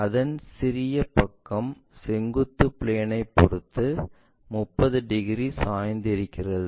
அதன் சிறிய பக்கம் செங்குத்து பிளேன் பொறுத்து 30 டிகிரி சாய்ந்து இருக்கிறது